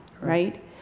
right